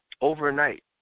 overnight